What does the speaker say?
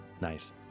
Nice